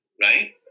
right